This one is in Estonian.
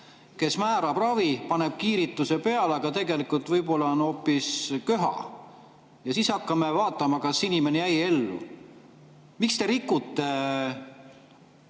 kes määrab ravi, paneb kiirituse peale, aga tegelikult võib-olla on hoopis köha. Ja siis hakkame vaatama, kas inimene jäi ellu. Miks te rikute